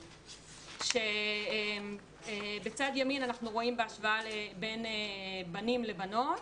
אז בצד ימין אנחנו רואים בהשוואה בין בנים לבנות.